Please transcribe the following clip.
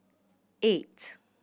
eight